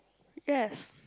yes